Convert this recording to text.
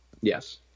Yes